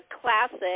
classic